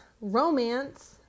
romance